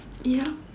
yup